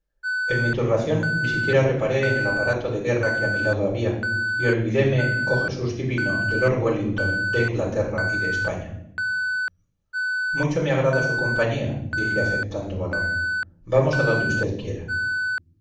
en mi turbación ni siquiera reparé en el aparato de guerra que a mi lado había y olvideme oh jesús divino de lord wellington de inglaterra y de españa mucho me agrada su compañía dije afectando valor vamos a donde usted quiera